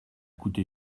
coûté